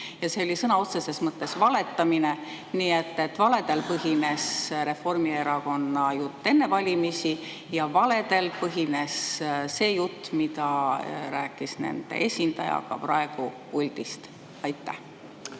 Ja see oli sõna otseses mõttes valetamine. Valedel põhines Reformierakonna jutt enne valimisi ja valedel põhines see jutt, mida rääkis nende esindaja praegu puldist. Aitäh!